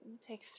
Take